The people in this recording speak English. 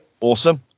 awesome